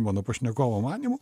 mano pašnekovo manymu